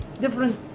different